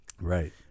Right